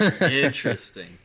Interesting